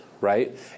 right